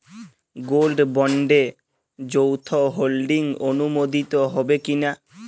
Gold বন্ডে যৌথ holding অনুমোদিত হবে কিনা?